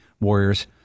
Warriors